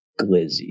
Glizzy